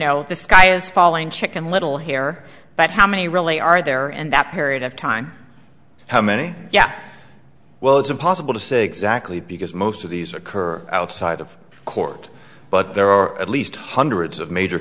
know the sky is falling chicken little hair but how many really are there and that period of time how many yeah well it's impossible to say exactly because most of these occur outside of court but there are at least hundreds of major